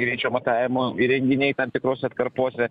greičio matavimo įrenginiai tam tikrose atkarpose